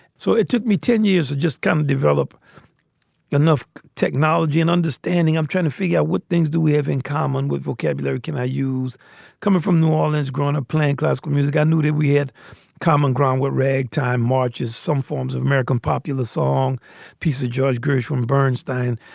so it took me ten years to just come develop enough technology and understanding. i'm trying to figure what things do we have in common with vocabulary? can i use coming from new orleans growing up playing classical music? i knew that we had common ground where ragtime marches some forms of american popular song piece of george gershwin, burnstein,